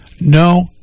No